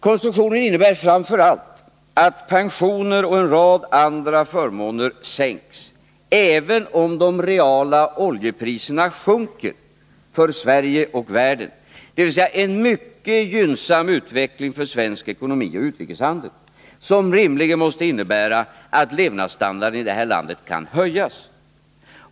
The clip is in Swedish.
Konstruktionen innebär framför allt att pensioner och en rad andra förmåner försämras, även om de reala oljepriserna sjunker för Sverige och världen, dvs. om det blir en mycket gynnsam utveckling för svensk ekonomi och utrikeshandel. Denna utveckling borde ju rimligen innebära att levnadsstandarden i landet kan höjas.